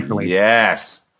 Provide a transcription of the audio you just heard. Yes